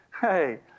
Hey